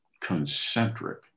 concentric